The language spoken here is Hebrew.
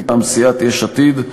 מטעם סיעת יש עתיד,